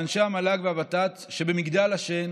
שאנשי המל"ג והוות"ת שבמגדל השן